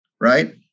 right